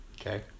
okay